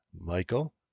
Michael